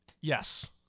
Yes